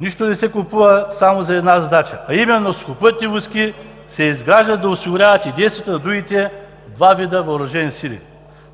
Нищо не се купува само за една задача и именно Сухопътни войски се изграждат, за да осигуряват и действията на другите два вида въоръжени сили.